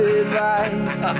advice